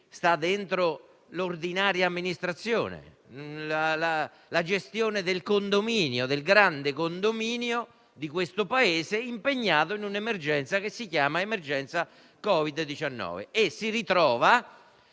che rientra nell'ordinaria amministrazione, la gestione di un condominio, del grande condominio di questo Paese, impegnato in un'emergenza che si chiama emergenza da Covid-19,